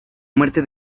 muerte